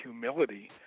humility